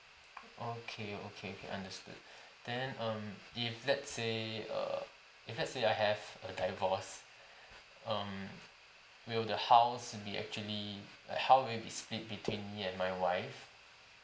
okay okay okay understood then um if let's say err if let's say I have a divorce um will the house be actually like how will it be split between me and my wife